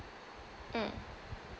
mm